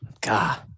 God